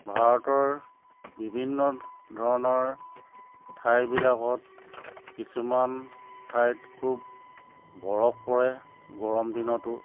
ভাৰতৰ বিভিন্ন ধৰণৰ ঠাইবিলাকত কিছুমান ঠাইত খুব বৰফ পৰে গৰম দিনতো